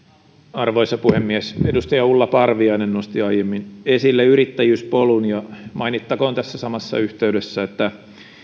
arvoisa puhemies edustaja ulla parviainen nosti aiemmin esille yrittäjyyspolun ja mainittakoon tässä samassa yhteydessä että